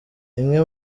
imwe